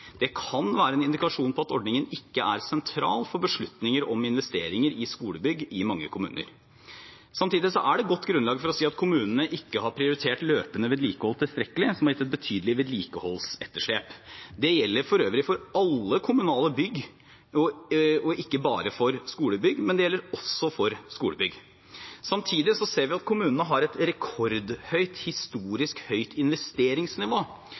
Det kan være en indikasjon på at ordningen ikke er sentral for beslutninger om investeringer i skolebygg i mange kommuner. Samtidig er det godt grunnlag for å si at kommunene ikke har prioritert løpende vedlikehold tilstrekkelig, noe som har gitt et betydelig vedlikeholdsetterslep. Det gjelder for øvrig for alle kommunale bygg og ikke bare for skolebygg, men det gjelder også for skolebygg. Samtidig ser vi at kommunene har et historisk rekordhøyt